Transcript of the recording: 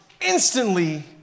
instantly